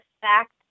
fact